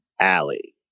Alley